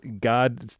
god